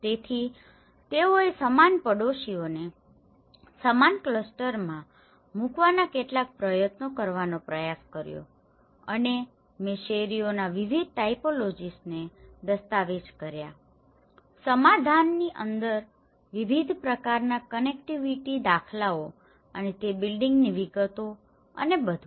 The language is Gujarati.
તેથી તેઓએ સમાન પડોશીઓને સમાન ક્લસ્ટરમાં મૂકવાના કેટલાક પ્રયત્નો કરવાનો પ્રયાસ કર્યો અને મેં શેરીઓના વિવિધ ટાઇપોલોજિસને દસ્તાવેજ કર્યા છે સમાધાનની અંદર વિવિધ પ્રકારનાં કનેક્ટિવિટી દાખલાઓ અને તે બિલ્ડિંગની વિગતો અને બધું